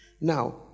Now